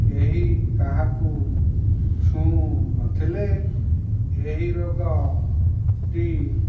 କେହି କାହାକୁ ଛୁଉଁ ନଥିଲେ ଏହି ରୋଗଟି